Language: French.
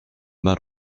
mal